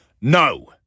No